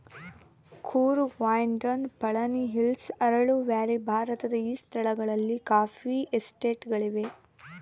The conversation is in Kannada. ಕೂರ್ಗ್ ವಾಯ್ನಾಡ್ ಪಳನಿಹಿಲ್ಲ್ಸ್ ಅರಕು ವ್ಯಾಲಿ ಭಾರತದ ಈ ಸ್ಥಳಗಳಲ್ಲಿ ಕಾಫಿ ಎಸ್ಟೇಟ್ ಗಳಿವೆ